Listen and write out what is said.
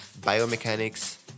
biomechanics